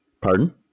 pardon